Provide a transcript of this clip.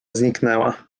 zniknęła